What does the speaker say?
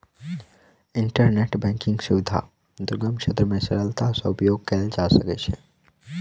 internet बैंकक सुविधा दुर्गम क्षेत्र मे सरलता सॅ उपयोग कयल जा सकै छै